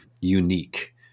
unique